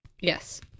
Yes